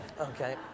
Okay